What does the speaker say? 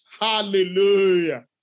hallelujah